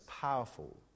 powerful